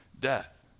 death